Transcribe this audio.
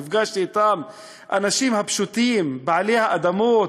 נפגשתי אתם, האנשים הפשוטים, בעלי האדמות.